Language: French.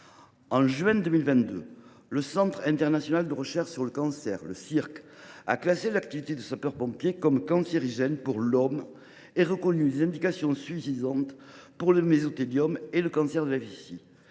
En juin 2022, le Centre international de recherche sur le cancer (Circ) a classé l’activité de sapeur pompier comme cancérogène pour l’homme et reconnu des « preuves suffisantes » pour le mésothéliome et le cancer de la vessie,